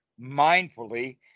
mindfully